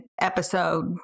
episode